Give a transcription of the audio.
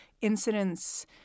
incidents